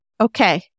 okay